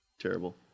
Terrible